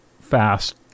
fast